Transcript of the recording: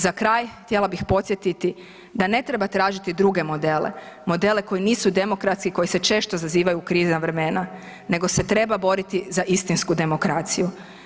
Za kraj htjela bih podsjetiti da ne treba tražiti druge modele, modele koji nisu demokratski, koji se često zazivaju u kriva vremena nego se treba boriti za istinsku demokraciju.